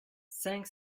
cinq